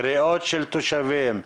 קריאות של תושבים?